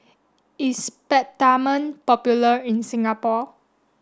is Peptamen popular in Singapore